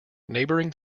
neighboring